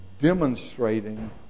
demonstrating